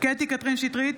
קטי קטרין שטרית,